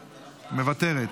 מוותרת,